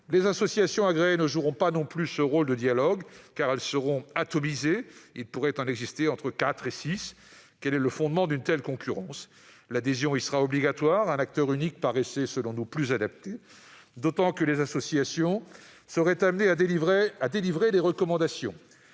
Les associations agréées ne joueront pas non plus ce rôle de dialogue, car elles seront atomisées. Il pourrait en exister entre quatre et six. Quel est le fondement d'une telle concurrence ? L'adhésion étant obligatoire, un acteur unique nous paraissait plus adapté, d'autant que les associations seront amenées à délivrer des recommandations.